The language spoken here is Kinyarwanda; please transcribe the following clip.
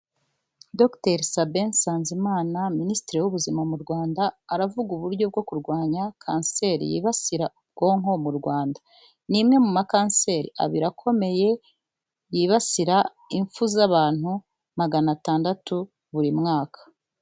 Dr. Sabin Nzanzimana Minisitiri w'Ubuzima mu Rwanda aravuga uburyo bwo kurwanya kanseri yibasira ubwonko mu Rwanda, ni imwe mu makanseri abiri akomeye yibasira impfu z'abantu magana atandatu buri mwaka.